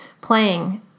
playing